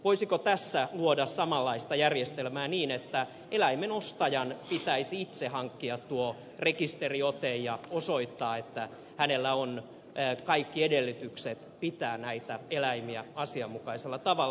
voisiko tässä luoda samanlaista järjestelmää niin että eläimen ostajan pitäisi itse hankkia tuo rekisteriote ja osoittaa että hänellä on kaikki edellytykset pitää näitä eläimiä asianmukaisella tavalla